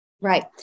Right